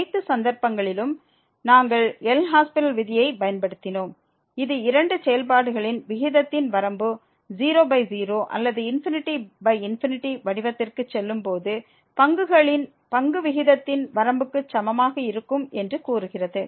அனைத்து சந்தர்ப்பங்களிலும் நாங்கள் எல் ஹாஸ்பிடல் விதியைப் பயன்படுத்தினோம் இது இரண்டு செயல்பாடுகளின் விகிதத்தின் வரம்பு 00 அல்லது ∞∞ வடிவத்திற்கு செல்லும்போது பங்குகளின் பங்குவிகிதத்தின் வரம்புக்கு சமமாக இருக்கும் என்று கூறுகிறது